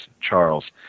Charles